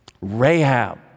Rahab